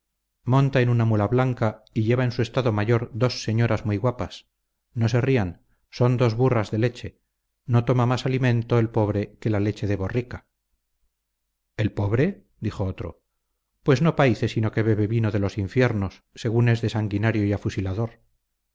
monta en una mula blanca y lleva en su estado mayor dos señoras muy guapas no se rían son dos burras de leche no toma más alimento el pobre que la leche de borrica el pobre dijo otro pues no paíce sino que bebe vino de los infiernos según es de sanguinario y afusilador